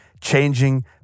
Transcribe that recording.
changing